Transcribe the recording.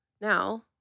now